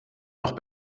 noch